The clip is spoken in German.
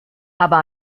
aber